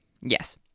Yes